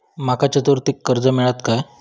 माका चतुर्थीक कर्ज मेळात काय?